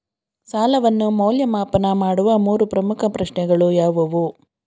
ಸಾಲವನ್ನು ಮೌಲ್ಯಮಾಪನ ಮಾಡುವ ಮೂರು ಪ್ರಮುಖ ಪ್ರಶ್ನೆಗಳು ಯಾವುವು?